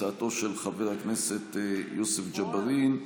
הצעתו של חבר הכנסת יוסף ג'בארין.